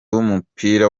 w’umupira